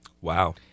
Wow